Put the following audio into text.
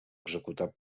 executat